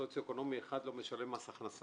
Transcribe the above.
סוציו אקונומי אחד, לא משלם מס הכנסה.